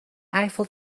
eiffel